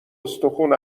استخون